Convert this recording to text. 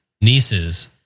nieces